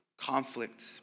conflict